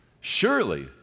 Surely